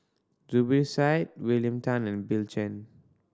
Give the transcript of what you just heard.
Zubir Said William Tan and Bill Chen